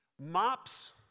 Mops